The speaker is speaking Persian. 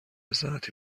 ساعتی